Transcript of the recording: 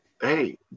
Hey